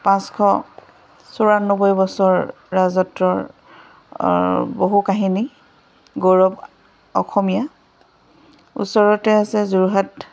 পাঁচশ চৌৰান্নব্বৈ বছৰ ৰাজত্বৰ বহু কাহিনী গৌৰৱ অসমীয়া ওচৰতে আছে যোৰহাট